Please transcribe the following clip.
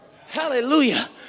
Hallelujah